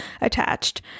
attached